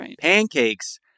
Pancakes